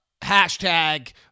hashtag